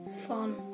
fun